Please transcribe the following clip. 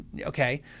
Okay